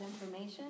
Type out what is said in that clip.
information